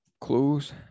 close